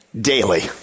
Daily